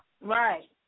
right